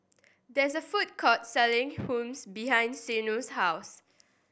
there is a food court selling Hummus behind Zeno's house